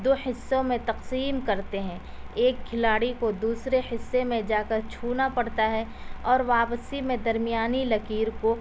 دو حصوں میں تقسیم کرتے ہیں ایک کھلاڑی کو دوسرے حصے میں جا کر چھونا پڑتا ہے اور واپسی میں درمیانی لکیر کو